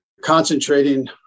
concentrating